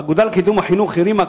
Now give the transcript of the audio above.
האגודה לקידום החינוך הרימה,